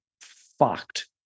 fucked